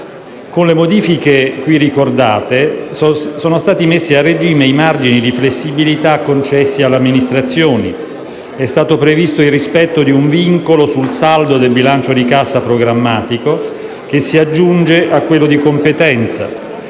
Con le modifiche qui ricordate, sono stati messi a regime i margini di flessibilità concessi alle amministrazioni ed è stato previsto il rispetto di un vincolo sul saldo del bilancio di cassa programmatico, che si aggiunge a quello di competenza.